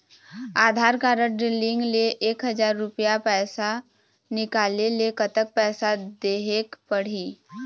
आधार card link ले एक हजार रुपया पैसा निकाले ले कतक पैसा देहेक पड़ही?